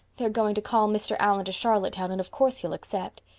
they are going to call mr. allan to charlottetown and of course he'll accept.